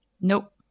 Nope